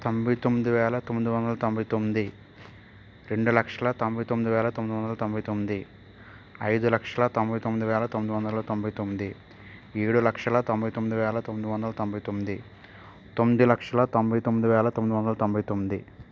తొంభై తొమ్మిది వేల తొమ్మిది వందల తొంభై తొమ్మిది రెండు లక్షల తొంభై తొమ్మిది వేల తొమ్మిది వందల తొంభై తొమ్మిది ఐదు లక్షల తొంభై తొమ్మిది వేల తొమ్మిది వందల తొంభై తొమ్మిది ఏడు లక్షల తొంభై తొమ్మిది వేల తొమ్మిది వందల తొంభై తొమ్మిది తొమ్మిది లక్షల తొంభై తొమ్మిది వేల తొమ్మిది వందల తొంభై తొమ్మిది